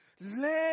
Let